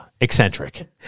Eccentric